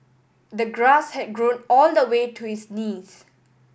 the grass had grown all the way to his knees